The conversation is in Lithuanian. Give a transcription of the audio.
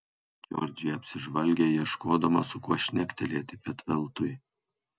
džordžija apsižvalgė ieškodama su kuo šnektelėti bet veltui